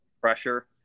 pressure